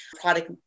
product